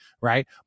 right